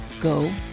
go